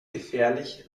gefährlich